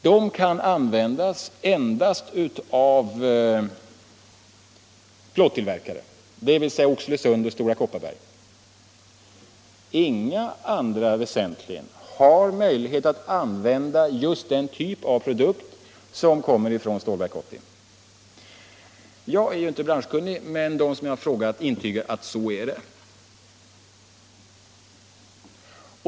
De kan användas endast av plåttillverkare, dvs. Gränges i Oxelösund och Stora Kopparberg. Inga andra väsentligen har möjlighet att använda just den typ av produkt som kommer från Stålverk 80. Jag är ju inte branschkunnig, men de som jag har frågat intygar att så är det.